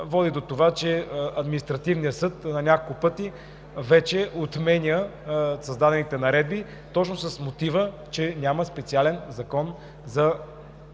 води до това, че Административният съд на няколко пъти вече отменя създадените наредби точно с мотива, че няма специален закон да регламентира